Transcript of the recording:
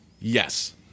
Yes